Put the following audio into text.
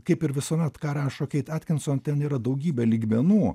kaip ir visuomet ką rašo keit atkinson ten yra daugybė lygmenų